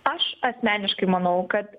aš asmeniškai manau kad